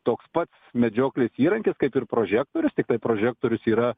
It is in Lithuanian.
toks pats medžioklės įrankis kaip ir prožektorius tiktai prožektorius yra